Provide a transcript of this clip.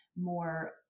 more